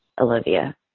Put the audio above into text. Olivia